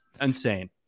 Insane